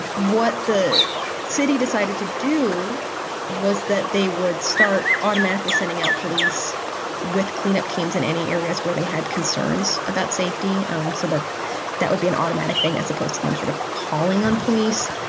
what the city decided to do was that they would start automatically sending out police with cleanup teams in any areas where they had concerns about safety um so that that would be an automatic thing as opposed to them sort of calling on police.